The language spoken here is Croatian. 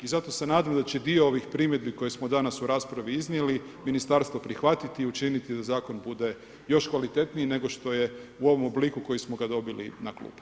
I zato se nadam da će dio ovih primjedbi koje smo danas u raspravi iznijeli ministarstvo prihvatiti i učiniti da zakon bude još kvalitetniji nego što je u ovom obliku u kojem smo ga dobili na klupe.